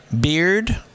beard